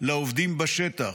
לעובדים בשטח.